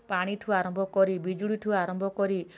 ପାଣି ଠୁ ଆରମ୍ଭ କରି ବିଜୁଳି ଠୁ ଆରମ୍ଭ କରି